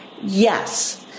Yes